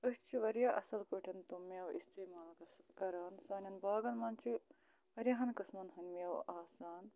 أسۍ چھِ واریاہ اَصٕل پٲٹھۍ تِم میوٕ استعمال گژھ گژھ کَران سانٮ۪ن باغَن منٛز چھِ واریاہَن قٕسمَن ہٕنٛدۍ میوٕ آسان